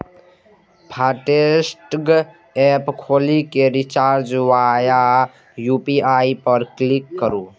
FASTag app खोलि कें recharge via UPI पर क्लिक करू